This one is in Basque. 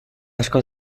asko